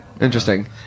Interesting